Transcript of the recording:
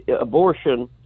abortion